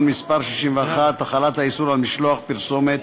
מס' 61) (החלת האיסור על משלוח פרסומת